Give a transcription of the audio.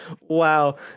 wow